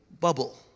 bubble